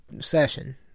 session